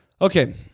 Okay